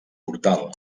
portal